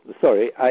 sorry